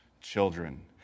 children